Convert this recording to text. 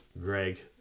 Greg